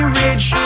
rich